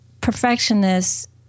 perfectionist